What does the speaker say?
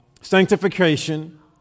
sanctification